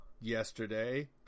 yesterday